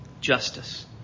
justice